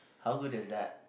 how good is that